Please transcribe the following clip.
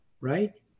right